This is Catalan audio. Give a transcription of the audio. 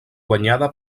guanyada